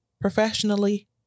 professionally